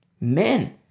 Men